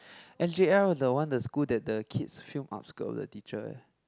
s_j_i is the one the school that the kids film up skirt of the teacher eh